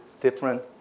different